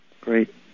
great